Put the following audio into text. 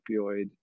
opioid